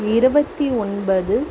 இருபத்தி ஒன்பது